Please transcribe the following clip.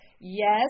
yes